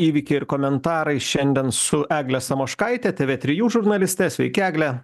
įvykiai ir komentarai šiandien su egle samoškaite tė vė trijų žurnaliste sveiki egle